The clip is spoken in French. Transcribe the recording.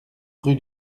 rue